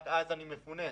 רק אז אני מפונה.